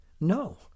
No